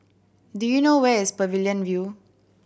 do you know where is Pavilion View